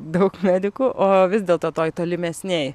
daug medikų o vis dėlto toj tolimesnėj